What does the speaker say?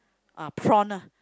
uh prawn ah